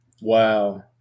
Wow